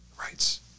rights